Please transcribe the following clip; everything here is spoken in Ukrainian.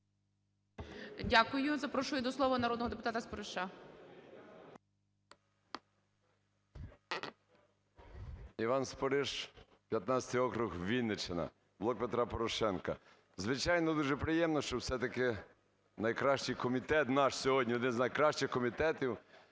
Дякую. Запрошую до слова народного депутата Спориша.